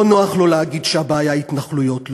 לא נוח לו להגיד שהבעיה היא התנחלויות,